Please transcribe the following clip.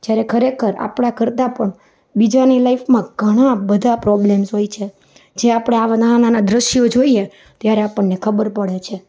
જ્યારે ખરેખર આપણા કરતાં પણ બીજાની લાઈફમાં ઘણાં બધાં પ્રોબ્લેમ્સ હોય છે જે આપણે આવા નાના નાના દૃશ્યો જોઈએ ત્યારે આપણને ખબર પડે છે